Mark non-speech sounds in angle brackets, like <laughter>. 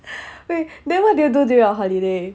<breath> wait then what do you do during your holiday